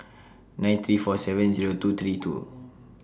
nine three four seven Zero two three two